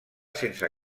sense